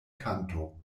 kanto